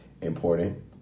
important